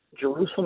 Jerusalem